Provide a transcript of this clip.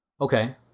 okay